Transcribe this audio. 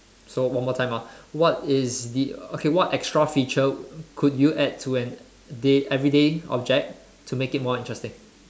so one more time ah what is the okay what extra feature could you add to an day everyday object to make it more interesting